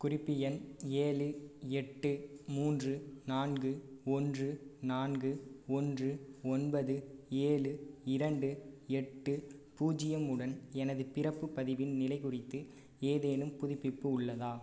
குறிப்பு எண் ஏழு எட்டு மூன்று நான்கு ஒன்று நான்கு ஒன்று ஒன்பது ஏழு இரண்டு எட்டு பூஜ்யம் உடன் எனது பிறப்புப் பதிவின் நிலை குறித்து ஏதேனும் புதுப்பிப்பு உள்ளதா